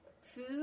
food